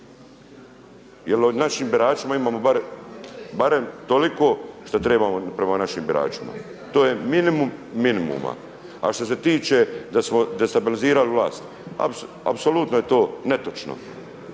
Jer o našim biračima imamo barem toliko šta trebamo prema našim biračima. To je minimum minimuma. A što se tiče da smo destabilizirali vlast apsolutno je to netočno.